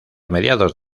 mediados